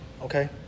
Okay